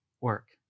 work